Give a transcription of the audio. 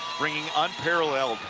bringing unparalleled,